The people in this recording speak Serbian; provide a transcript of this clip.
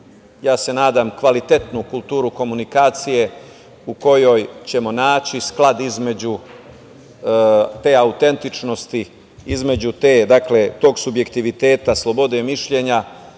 ja se nadam, kvalitetnu kulturu komunikacije u kojoj ćemo naći sklad između te autentičnosti, između tog subjektiviteta slobode mišljenja,